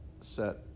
set